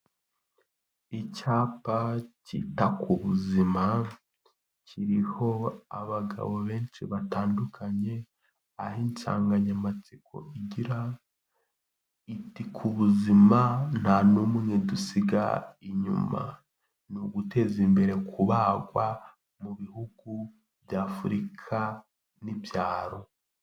Icyapa cyita ku buzima, kiriho abagabo benshi batandukanye, aho insanganyamatsiko igira iti ''Ku buzima nta n'umwe dusiga inyuma, ni uguteza imbere kubagwa mu bihugu by'Afurika n'ibyaro.''